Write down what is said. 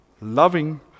loving